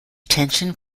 attention